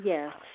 Yes